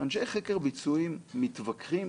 אנשי חקר ביצועים מתווכחים